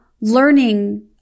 learning